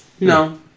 No